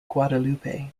guadalupe